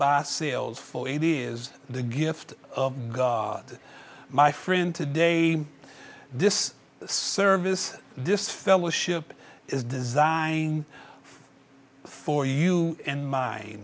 sales for it is the gift of god my friend today this service disfellowship is designed for you and m